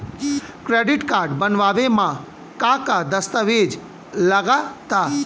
Credit card बनवावे म का का दस्तावेज लगा ता?